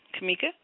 Kamika